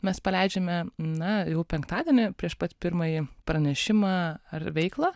mes paleidžiame na jau penktadienį prieš pat pirmąjį pranešimą ar veiklą